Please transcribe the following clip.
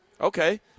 Okay